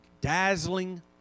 dazzling